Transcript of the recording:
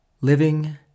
living